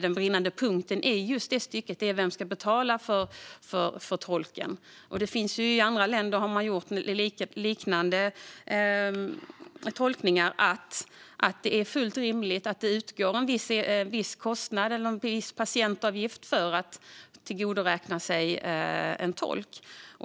Den springande punkten i just det stycket är vem som ska betala för tolken. I andra länder har man gjort liknande tolkningar och kommit fram till att det är fullt rimligt att det utgår en viss kostnad, eller en patientavgift, för att använda sig av en tolk.